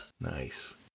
Nice